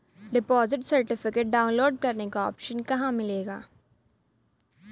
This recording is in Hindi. डिपॉजिट सर्टिफिकेट डाउनलोड करने का ऑप्शन कहां मिलेगा?